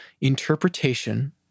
interpretation